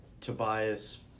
Tobias